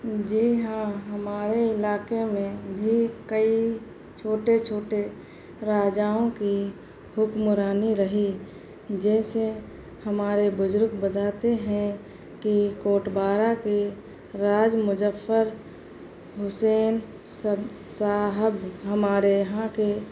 جی ہاں ہمارے علاقے میں بھی کئی چھوٹے چھوٹے راجاؤں کی حکمرانی رہی جیسے ہمارے بزرگ بتاتے ہیں کہ کوٹ بارہ کے راج مظفر حسین صاحب ہمارے یہاں کے